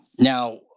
Now